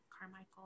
Carmichael